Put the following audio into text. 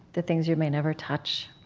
the things you may never touch?